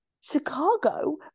Chicago